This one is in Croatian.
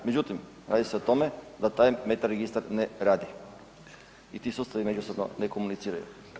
Međutim radi se o tome da taj …/nerazumljivo/… registar ne radi i ti sustavi međusobno ne komuniciraju.